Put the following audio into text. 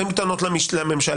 באים בטענות לממשלה.